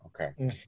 okay